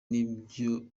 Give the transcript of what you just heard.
n’ibyo